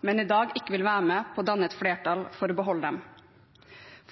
men som i dag ikke vil være med på å danne et flertall for å beholde dem.